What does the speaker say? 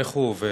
איך הוא עובד?